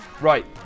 Right